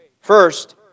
First